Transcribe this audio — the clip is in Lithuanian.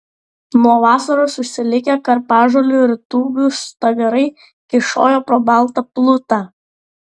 nuo vasaros užsilikę karpažolių ir tūbių stagarai kyšojo pro baltą plutą